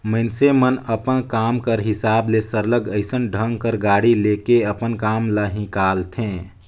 मइनसे मन अपन काम कर हिसाब ले सरलग अइसन ढंग कर गाड़ी ले के अपन काम ल हिंकालथें